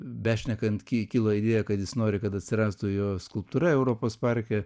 bešnekant kilo idėja kad jis nori kad atsirastų jo skulptūra europos parke